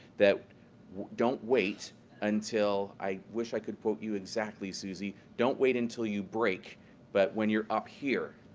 that don't wait until i wish i could quote you exactly, susie don't wait until you break but when you're up here,